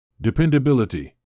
Dependability